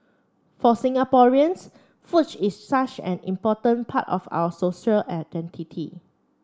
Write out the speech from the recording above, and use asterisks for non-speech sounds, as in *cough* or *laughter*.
for Singaporeans *unintelligible* is such an important part of our social identity